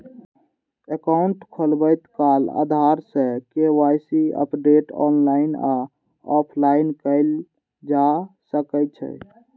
account खोलबैत काल आधार सं के.वाई.सी अपडेट ऑनलाइन आ ऑफलाइन कैल जा सकै छै